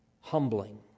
humbling